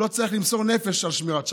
לא צריך למסור נפש על שמירת שבת.